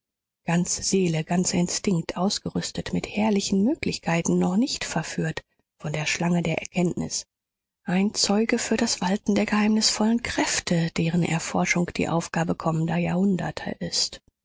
ganz seele ganz instinkt ausgerüstet mit herrlichen möglichkeiten noch nicht verführt von der schlange der erkenntnis ein zeuge für das walten der geheimnisvollen kräfte deren erforschung die aufgabe kommender jahrhunderte ist